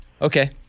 Okay